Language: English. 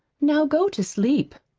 now go to sleep.